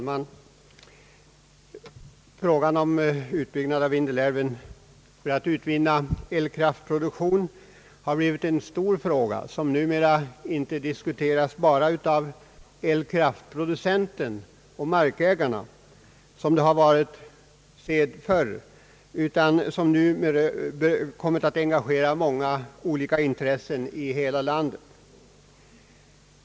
Herr talman! Utbyggnad av Vindelälven för elkraftproduktion har blivit en stor fråga, som numera inte diskuteras bara av elkraftproducenten och markägarna, vilket har varit sed förr, utan som kommit att engagera många olika intressen i hela landet.